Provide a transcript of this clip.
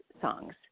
songs